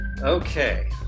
okay